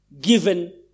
given